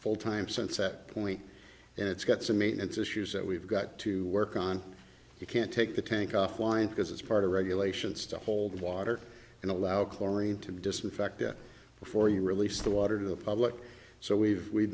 full time since that point and it's got some maintenance issues that we've got to work on you can't take the tank offline because it's part of regulations to hold water and allow chlorine to disinfect it before you release the water to the public so we've we've